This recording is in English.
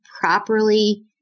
properly